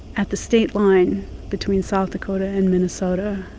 at the state line between south dakota and minnesota,